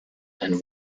and